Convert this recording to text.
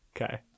Okay